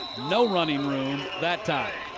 no running room that time.